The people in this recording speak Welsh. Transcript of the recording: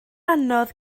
anodd